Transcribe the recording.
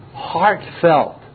heartfelt